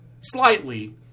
Slightly